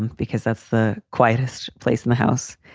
and because that's the quietest place in the house.